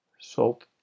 Salt